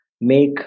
make